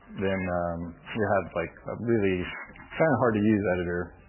then we had like, a really kind of hard to use editor.